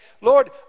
Lord